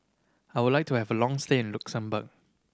I would like to have a long stay in Luxembourg